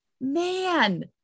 man